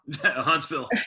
Huntsville